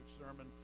sermon